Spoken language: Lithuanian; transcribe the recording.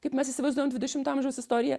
kaip mes įsivaizduojam dvidešimto amžiaus istoriją